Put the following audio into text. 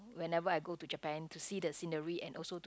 whenever I go to Japan to see the scenery and also to